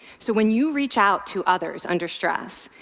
so when you reach out to others under stress,